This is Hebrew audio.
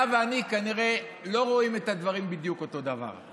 אתה ואני כנראה לא רואים את הדברים בדיוק אותו דבר.